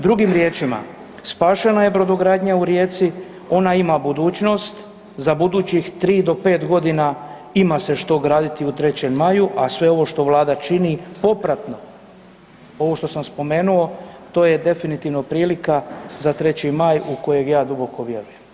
Drugim riječima, spašena je brodogradnja u Rijeci, ona ima budućnost, za budućih 3 do 5 g. ima se što se graditi u Trećem maju, a sve ovo što Vlada čini popratno, ovo što sam spomenuo, to je definitivno prilika za Treći maj u kojeg ja duboko vjerujem.